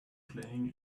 playing